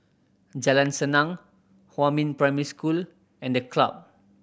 Jalan Senang Huamin Primary School and The Club